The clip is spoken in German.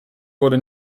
wurde